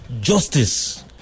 justice